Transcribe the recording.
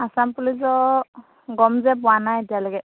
আসাম পুলিচৰ গম যে পোৱা নাই এতিয়ালৈকে